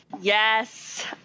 Yes